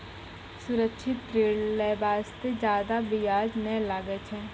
सुरक्षित ऋण लै बास्ते जादा बियाज नै लागै छै